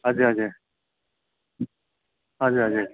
हजुर हजुर हजुर हजुर